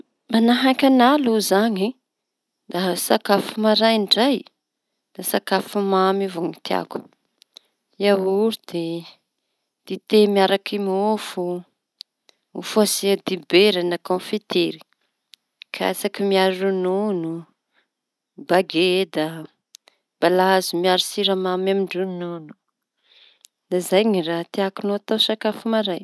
Manahaky ana aloha izañy raha sakafo maraindray da sakafo mamy avao nitiako: iaorty, dite miaraky mofo, mofo asia dibera na kaonfitiry, katsaky miaro ronono, balahazo miaro siramamy, amy ndronono da izay ny raha tiako atao sakafo maraina.